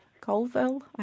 Colville